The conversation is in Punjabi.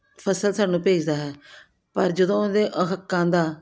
ਫਸਲ ਸਾਨੂੰ ਭੇਜਦਾ ਹੈ ਪਰ ਜਦੋਂ ਉਹਦੇ ਅਹੱਕਾਂ ਦਾ